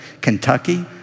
Kentucky